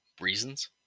reasons